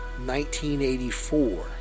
1984